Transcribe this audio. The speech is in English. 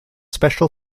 special